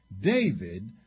David